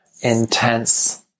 intense